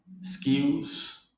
skills